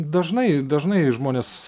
dažnai dažnai žmonės